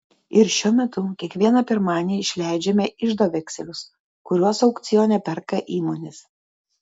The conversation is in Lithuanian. ir šiuo metu kiekvieną pirmadienį išleidžiame iždo vekselius kuriuos aukcione perka įmonės